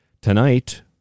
Tonight